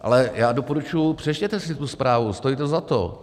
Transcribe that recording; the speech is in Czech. Ale já doporučuji, přečtěte si tu zprávu, stojí to za to.